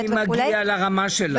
מי מגיע לרמה שלך?